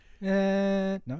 no